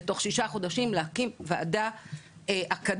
בתוך שישה חודשים להקים וועדה אקדמית,